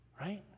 right